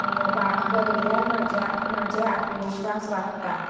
बरयल्यार म्हाज्या म्हाजे आत्मविश्वास वाडटा